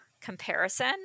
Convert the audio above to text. comparison